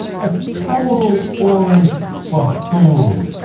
a total orange buffoon.